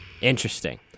interesting